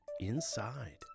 Inside